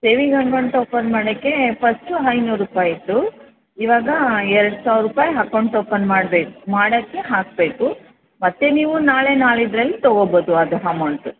saving account open ಮಾಡೊಕ್ಕೆ first ಐನೂರು ರೂಪಾಯಿತ್ತು ಇವಾಗ ಎರಡು ಸಾವಿರ ರೂಪಾಯಿ ಹಕೌಂಟ್ ಓಪನ್ ಮಾಡ್ಬೇಕು ಮಾಡೊಕ್ಕೆ ಹಾಕಬೇಕು ಮತ್ತು ನೀವು ನಾಳೆ ನಾಡಿದ್ದರಲ್ಲಿ ತಗೋಬಹುದು ಅದು ಹಮೌಂಟ್